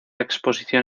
exposición